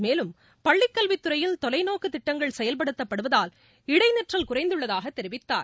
மேலும் பள்ளிக்கல்வித்துறையில் தொலைநோக்கு திட்டங்கள் செயல்படுத்தப்படுவதால் இடைநிற்றல் குறைந்துள்ளதாக தெரிவித்தார்